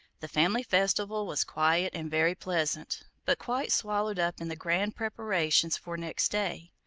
the family festival was quiet and very pleasant, but quite swallowed up in the grander preparations for next day.